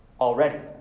already